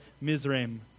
Mizraim